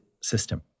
system